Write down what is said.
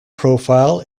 profile